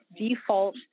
default